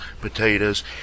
potatoes